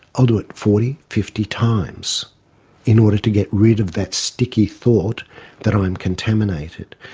i'll do it forty, fifty times in order to get rid of that sticky thought that i'm contaminated.